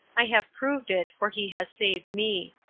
i have proved it, for he has saved me.